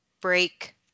break